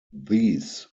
these